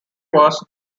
was